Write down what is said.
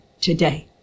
today